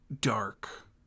dark